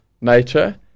nature